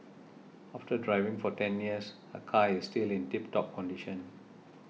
after driving for ten years her car is still in tip top condition